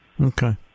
Okay